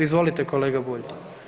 Izvolite kolega Bulj.